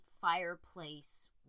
fireplace